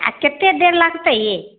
आ कतेक देर लागतै यै